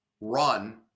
run